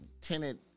tenant